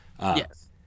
Yes